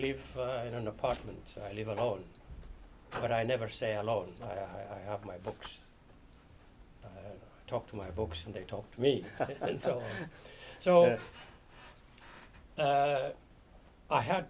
live in an apartment so i live alone but i never say alone i have my books talk to my books and they talk to me so i had